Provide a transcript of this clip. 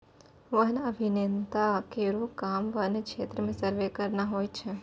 वन्य अभियंता केरो काम वन्य क्षेत्र म सर्वे करना होय छै